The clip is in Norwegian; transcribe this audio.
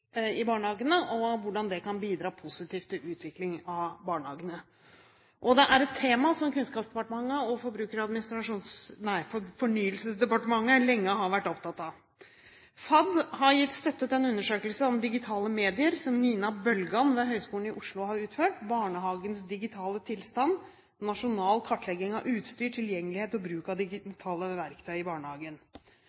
i barnehagene, og hvordan det kan bidra positivt til utviklingen av barnehagene. Dette er et tema som Kunnskapsdepartementet og Fornyelsesdepartementet lenge har vært opptatt av. FAD har gitt støtte til en undersøkelse om digitale medier, som Nina Bølgan ved Høgskolen i Oslo har utført, «Barnehagens digitale tilstand. Nasjonal kartlegging av utstyr, tilgjengelighet og bruk av